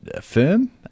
firm